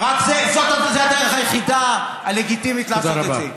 זו הדרך היחידה הלגיטימית לעשות את זה.